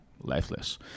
lifeless